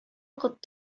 укып